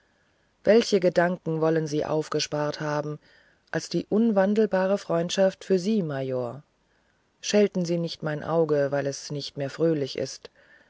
welche gedanken wollen sie aufgespart haben als die unwandelbare freundschaft für sie major schelten sie nicht mein auge weil es nicht mehr fröhlich ist